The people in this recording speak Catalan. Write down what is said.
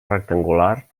rectangular